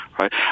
right